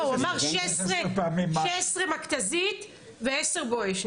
לא, הוא אמר 16 מכת"זית ועשר "בואש".